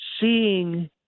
seeing